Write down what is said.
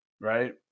right